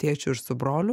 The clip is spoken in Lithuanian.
tėčiu ir su broliu